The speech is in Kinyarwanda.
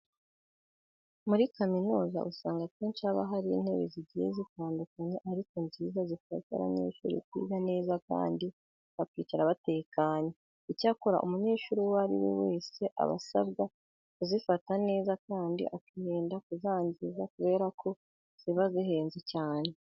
Muri kaminuza usanga akenshi haba hari intebe zigiye zitandukanye ariko nziza zifasha abanyeshuri kwiga neza kandi bakicara batekanye. Icyakora umunyeshuri uwo ari we wese aba asabwa kuzifata neza kandi akirinda kuzangiza kubera ko ziba zihenze cyane.